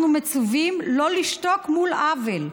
אנחנו מצווים לא לשתוק מול עוול.